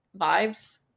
vibes